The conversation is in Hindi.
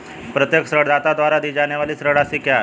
प्रत्येक ऋणदाता द्वारा दी जाने वाली ऋण राशि क्या है?